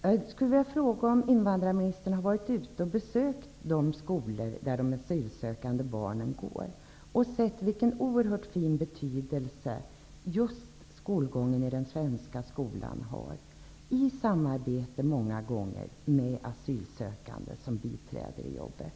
Jag skulle vilja fråga om invandrarministern har varit ute och besökt de skolor där de asylsökande barnen går och sett vilken oerhört stor betydelse skolgången i den svenska skolan har. Detta sker många gånger i samarbete med asylsökande som biträder i jobbet.